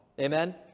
Amen